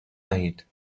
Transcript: نهید